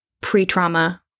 pre-trauma